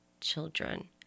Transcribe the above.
children